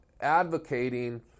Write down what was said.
advocating